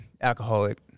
alcoholic